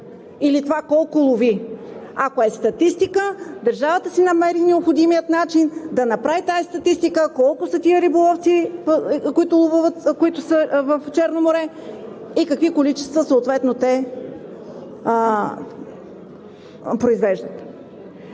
или това колко лови. Ако е статистика, държавата ще си намери необходимия начин да направи тази статистика колко са тези риболовци в Черно море и какви количества съответно произвеждат.